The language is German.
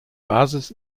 basis